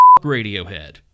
Radiohead